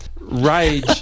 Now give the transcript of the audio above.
Rage